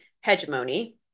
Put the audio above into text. Hegemony